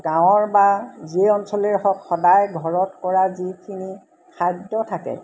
গাঁৱৰ বা যি অঞ্চলেই হওক সদায় ঘৰত কৰা যিখিনি খাদ্য থাকে